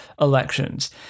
elections